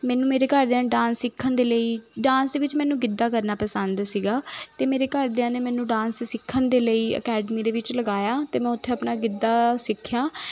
ਮੈਨੂੰ ਮੇਰੇ ਘਰਦਿਆਂ ਨੇ ਡਾਂਸ ਸਿੱਖਣ ਦੇ ਲਈ ਡਾਂਸ ਦੇ ਵਿੱਚ ਮੈਨੂੰ ਗਿੱਧਾ ਕਰਨਾ ਪਸੰਦ ਸੀਗਾ ਅਤੇ ਮੇਰੇ ਘਰਦਿਆਂ ਨੇ ਮੈਨੂੰ ਡਾਂਸ ਸਿੱਖਣ ਦੇ ਲਈ ਅਕੈਡਮੀ ਦੇ ਵਿੱਚ ਲਗਾਇਆ ਅਤੇ ਮੈਂ ਉੱਥੇ ਆਪਣਾ ਗਿੱਧਾ ਸਿੱਖਿਆ